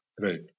Right